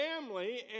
family